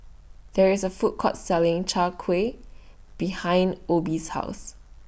There IS A Food Court Selling Chai Kueh behind Obie's House